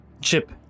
Chip